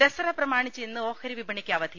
ദസറ പ്രമാണിച്ച് ഇന്ന് ഓഹരിവിപണിക്ക് അവധി